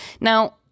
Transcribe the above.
Now